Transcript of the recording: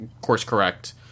course-correct